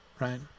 right